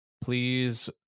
please